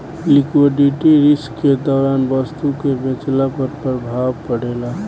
liquidity risk के दौरान वस्तु के बेचला पर प्रभाव पड़ेता